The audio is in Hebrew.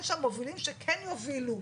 אז אתה מתכנן שהמובילים שכן יובילו,